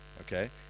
Okay